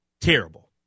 terrible